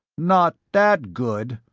not that good,